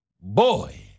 Boy